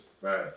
Right